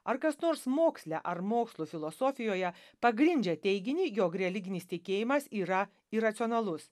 ar kas nors moksle ar mokslo filosofijoje pagrindžia teiginį jog religinis tikėjimas yra iracionalus